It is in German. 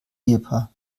ehepaar